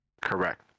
Correct